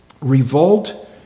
revolt